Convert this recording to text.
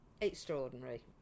extraordinary